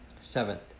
seventh